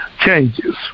changes